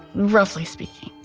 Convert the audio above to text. roughly speaking.